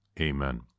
Amen